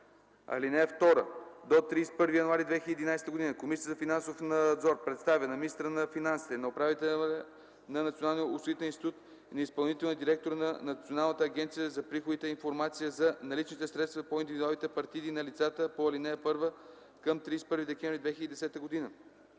(2) До 31 януари 2011 г. Комисията за финансов надзор представя на министъра на финансите, на управителя на Националния осигурителен институт и на изпълнителния директор на Националната агенция за приходите информация за наличните средства по индивидуалните партиди на лицата по ал. 1 към 31 декември 2010 г.